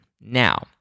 Now